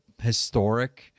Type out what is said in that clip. historic